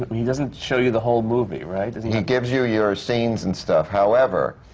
he doesn't show you the whole movie, right? he gives you your scenes and stuff. however,